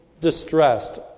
distressed